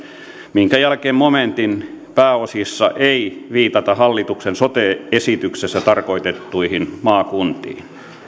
minkä jälkeen momentin pääosissa ei viitata hallituksen sote esityksessä tarkoitettuihin maakuntiin